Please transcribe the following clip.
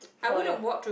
for your